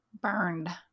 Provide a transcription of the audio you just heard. Burned